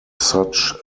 such